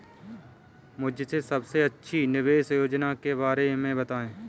मुझे सबसे अच्छी निवेश योजना के बारे में बताएँ?